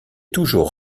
toujours